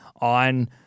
on